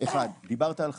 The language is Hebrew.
אחד, דיברת על חקיקה,